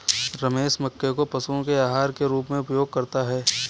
रमेश मक्के को पशुओं के आहार के रूप में उपयोग करता है